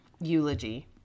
eulogy